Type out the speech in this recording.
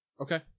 Okay